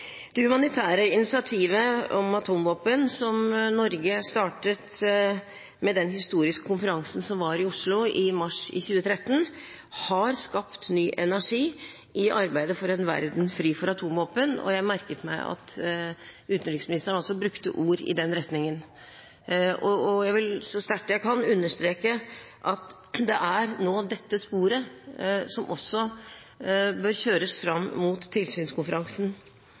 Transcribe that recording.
Det humanitære initiativet om atomvåpen, som Norge startet med den historiske konferansen som var i Oslo i mars 2013, har skapt ny energi i arbeidet for en verden fri for atomvåpen, og jeg merket meg at utenriksministeren også brukte ord i den retningen. Jeg vil så sterkt jeg kan understreke at det er dette sporet som nå også bør kjøres fram mot tilsynskonferansen.